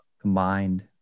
combined